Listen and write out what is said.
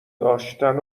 داشتن